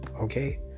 Okay